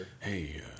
Hey